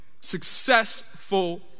successful